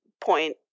point